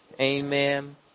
Amen